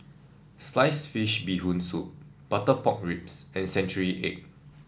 Sliced Fish Bee Hoon Soup Butter Pork Ribs and Century Egg